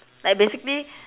like basically